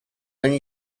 only